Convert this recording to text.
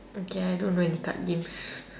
okay I don't know any card games